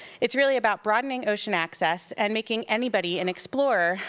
it's really about broadening ocean access, and making anybody an explorer,